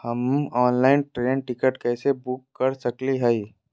हम online train ticket कैसे book कर सकली हई?